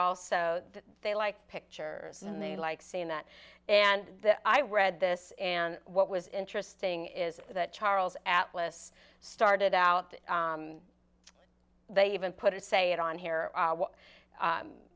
also they like pictures and they like seeing that and i read this and what was interesting is that charles atlas started out they even put it say it on here